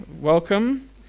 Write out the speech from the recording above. Welcome